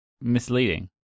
misleading